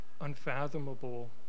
unfathomable